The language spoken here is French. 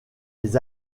les